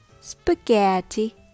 Spaghetti